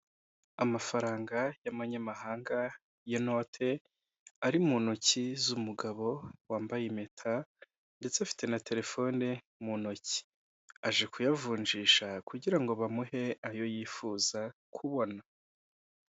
Amafaranga y'abanyamahanga y'inote, ari mu ntoki z'umugabo wambaye impeta ndetse afite na telefone mu ntoki, aje kuyavunjisha kugira ngo bamuhe ayo yifuza kubona.